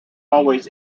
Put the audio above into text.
always